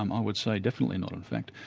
um i would say definitely not, in fact.